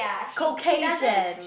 Caucasian